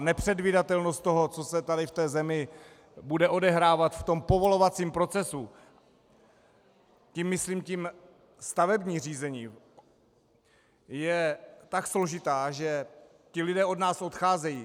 Nepředvídatelnost toho, co se tady v zemi bude odehrávat v povolovacím procesu, tím myslím stavební řízení, je tak složitá, že ti lidé od nás odcházejí.